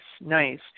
nice